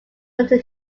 until